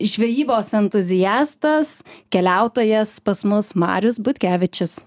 žvejybos entuziastas keliautojas pas mus marius butkevičius